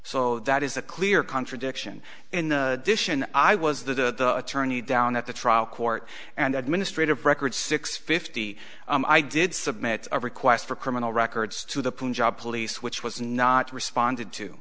so that is a clear contradiction in the dition i was the attorney down at the trial court and administrative record six fifty i did submit a request for criminal records to the punjab police which was not responded